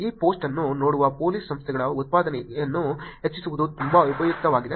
ಈ ಪೋಸ್ಟ್ ಅನ್ನು ನೋಡುವ ಪೊಲೀಸ್ ಸಂಸ್ಥೆಗಳ ಉತ್ಪಾದಕತೆಯನ್ನು ಹೆಚ್ಚಿಸುವುದು ತುಂಬಾ ಉಪಯುಕ್ತವಾಗಿದೆ